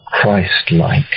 Christ-like